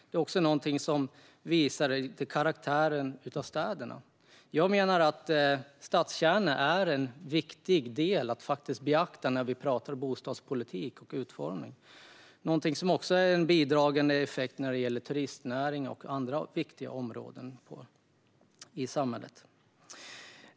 Det är också någonting som lite grann visar stadens karaktär. Jag menar därför att stadskärnorna är en viktig del att beakta när vi pratar om bostadspolitik och utformning, någonting som också har bidragande effekter för turistnäringen och andra viktiga områden i samhället.